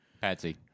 Patsy